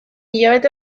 hilabete